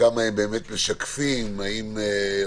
כמה הם משקפים, והאם זה